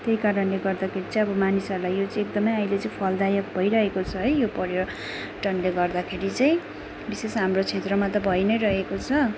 त्यहीकारणले गर्दाखेरि चाहिँ अब मानिसहरूलाई यो चाहिँ एकदमै अहिले चाहिँ फलदायक भइरहेको छ है यो पर्यटनले गर्दाखेरि चाहिँ विशेष हाम्रो क्षेत्रमा त भई नै रहेको छ